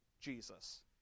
Jesus